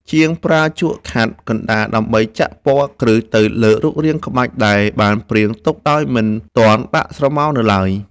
ជាងប្រើជក់ខ្នាតកណ្ដាលដើម្បីចាក់ពណ៌គ្រឹះទៅលើរូបរាងក្បាច់ដែលបានព្រាងទុកដោយមិនទាន់ដាក់ស្រមោលនៅឡើយ។